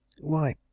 Why